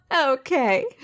Okay